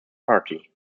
party